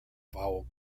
vowel